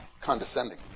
condescending